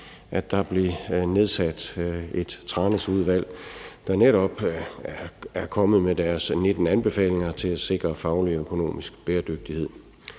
at der blev nedsat et Tranæsudvalg, der netop er kommet med deres 19 anbefalinger til at sikre faglig og økonomisk bæredygtighed.